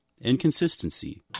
Inconsistency